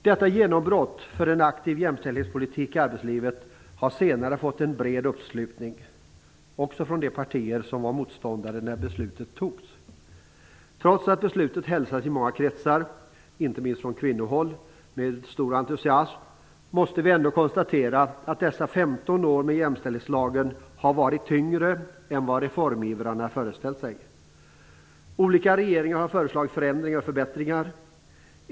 Detta genombrott för en aktiv jämställdhetspolitik i arbetslivet har senare fått en bred uppslutning också från de partier som var motståndare när beslutet fattades. Trots att beslutet hälsades med stor entusiasm i många kretsar - inte minst från kvinnohåll - måste vi ändå konstatera att dessa 15 år med jämställdhetslagen har varit tyngre än vad reformivrarna föreställde sig. Olika regeringar har föreslagit förändringar och förbättringar.